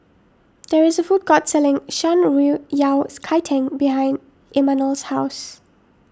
there is a food court selling Shan Rui Yao Cai Tang behind Imanol's house